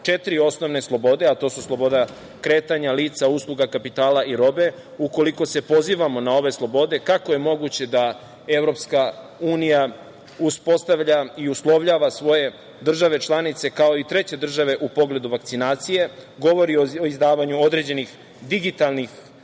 četiri osnovne slobode, a to su sloboda kretanja lica, usluga, kapitala i robe, ukoliko se pozivamo na ove slobode, kako je moguće da EU uspostavlja i uslovljava svoje države članice kao i treće države u pogledu vakcinacije, govori o izdavanju određenih digitalnih